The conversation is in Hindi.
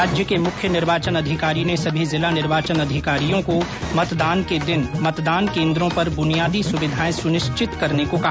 राज्य के मुख्य निर्वाचन अधिकारी ने सभी जिला निर्वाचन अधिकारियों को मतदान के दिन मतदान केन्द्रों पर बुनियादी सुविधाएं सुनिश्चित करने को कहा